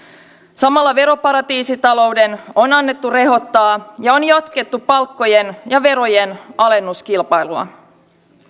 samalla veroparatiisitalouden on annettu rehottaa ja on jatkettu palkkojen ja verojen alennuskilpailua